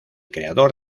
creador